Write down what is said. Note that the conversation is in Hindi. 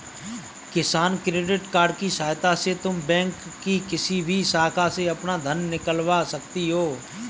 किसान क्रेडिट कार्ड की सहायता से तुम बैंक की किसी भी शाखा से अपना धन निकलवा सकती हो